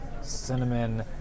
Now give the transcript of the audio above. Cinnamon